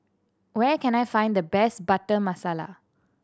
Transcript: where can I find the best Butter Masala